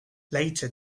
later